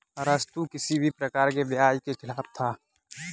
अरस्तु किसी भी प्रकार के ब्याज के खिलाफ था